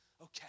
Okay